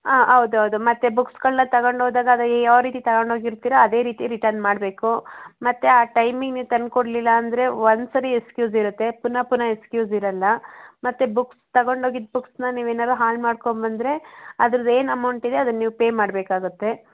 ಹಾಂ ಹೌದು ಹೌದು ಮತ್ತೆ ಬುಕ್ಸ್ಗಳನ್ನ ತಗೊಂಡು ಹೋದಾಗ ಅದು ಯಾವ ರೀತಿ ತಗೊಂಡು ಹೋಗಿರ್ತೀರೋ ಅದೇ ರೀತಿ ರಿಟರ್ನ್ ಮಾಡಬೇಕು ಮತ್ತು ಆ ಟೈಮಿಗೆ ನೀವು ತಂದು ಕೊಡಲಿಲ್ಲ ಅಂದರೆ ಒಂದು ಸರಿ ಎಕ್ಸ್ಕ್ಯೂಸ್ ಇರುತ್ತೆ ಪುನಃ ಪುನಃ ಎಕ್ಸ್ಕ್ಯೂಸ್ ಇರೋಲ್ಲ ಮತ್ತೆ ಬುಕ್ಸ್ ತಗೊಂಡೋಗಿದ್ದ ಬುಕ್ಸ್ನ ನೀವೇನಾದ್ರೂ ಹಾಳು ಮಾಡ್ಕೊಂಡ್ಬಂದ್ರೆ ಅದ್ರದ್ದು ಏನು ಅಮೌಂಟ್ ಇದೆ ಅದನ್ನ ನೀವು ಪೇ ಮಾಡಬೇಕಾಗುತ್ತೆ